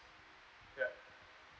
ya